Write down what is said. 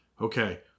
Okay